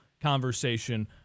conversation